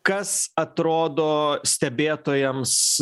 kas atrodo stebėtojams